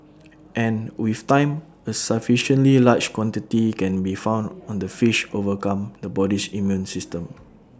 and with time A sufficiently large quantity can be found on the fish overcome the body's immune system